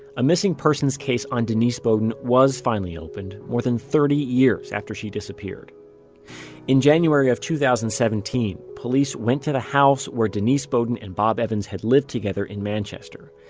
a missing persons case on denise beaudin was finally opened, more than thirty years after she disappeared in january of two thousand and seventeen, police went to the house where denise beaudin and bob evans had lived together in manchester.